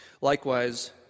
Likewise